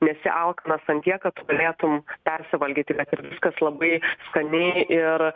nesi alkanas ant tiek kad tu galėtum persivalgyti bet ir viskas labai skaniai ir